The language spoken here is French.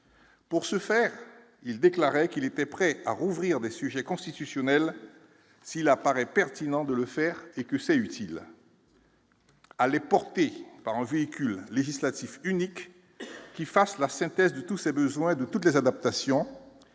Pour ce faire, il déclarait qu'il était prêt à rouvrir des sujets constitutionnel s'il apparaît pertinent de le faire et que c'est utile. Allez, porté par un véhicule législatif unique qui fasse la synthèse de tous ces besoins de toutes les adaptations,